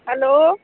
hello